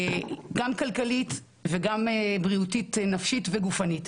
גם כלכלית וגם בריאותית - נפשית וגופנית.